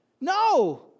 No